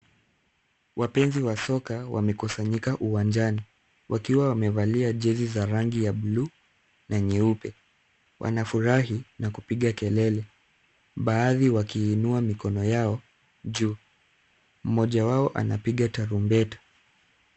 Wapenzi wa soka wanekusanyika uwanjani. Wakiwa wamevalia jezi za rangi ya buluu na nyeupe. Wanafurahi na kupiga kelele baadhi wakiinua mikono yao juu. Mmoja wao anapiga tarumbeta.